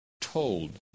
told